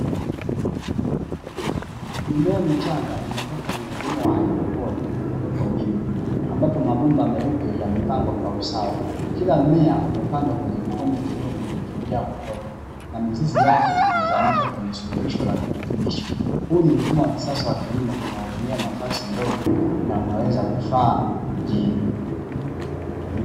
Mimea michanga inakua kwenye mfumo wa Haidroponi uliowekwa wima, ambapo mabomba meupe yamepangwa kwa usawa, kila mmea umepandwa kwenye kikombe kidogo kilichojaa kokoto na mizizi yake imezamishwa kwenye suluhisho la virutubisho, huu ni mfumo wa kisasa wa kilimo unaotumia nafasi ndogo na unaoweza kufaa mjini.